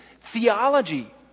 theology